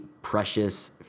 precious